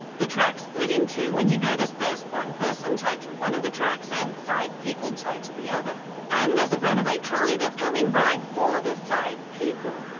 the tracks split in two and you notice there's one person tied to one of the tracks, and five people tied to the other. and there's a runaway trolley that's coming right for the five people.